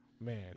man